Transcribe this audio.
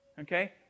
Okay